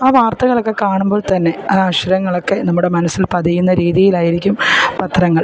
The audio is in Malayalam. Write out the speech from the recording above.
ആ വാർത്തകളൊക്കെ കാണുമ്പോൾ തന്നെ ആ അക്ഷരങ്ങളൊക്കെ നമ്മുടെ മനസ്സിൽ പതിയുന്ന രീതിയിലായിരിക്കും പത്രങ്ങൾ